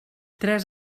tres